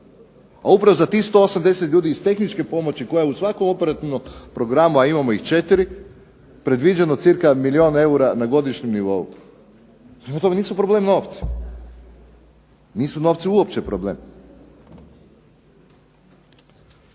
A upravo za tih 180 ljudi iz tehničke pomoći koja u svakom operativnom programu, a imamo ih 4, predviđeno cca milijun eura na godišnjem nivou. Prema tome, nisu problem novci, nisu novci uopće problem.